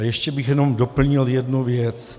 A ještě bych jenom doplnil jednu věc.